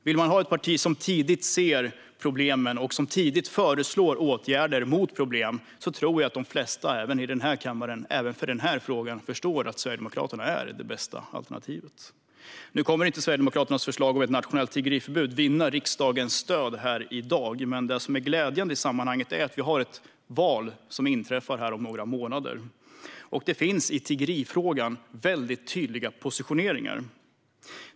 Vill man ha ett parti som tidigt ser problemen och som tidigt föreslår åtgärder mot problemen tror jag att de flesta även i den här kammaren och även för denna fråga förstår att Sverigedemokraterna är det bästa alternativet. Nu kommer inte Sverigedemokraternas förslag om ett nationellt tiggeriförbud att vinna riksdagens stöd i dag, men det glädjande i sammanhanget är att det inträffar ett val om några månader. Det finns i tiggerifrågan mycket tydliga positioneringar.